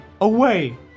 away